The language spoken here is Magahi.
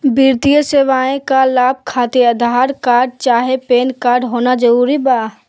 वित्तीय सेवाएं का लाभ खातिर आधार कार्ड चाहे पैन कार्ड होना जरूरी बा?